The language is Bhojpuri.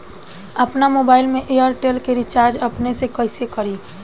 आपन मोबाइल में एयरटेल के रिचार्ज अपने से कइसे करि?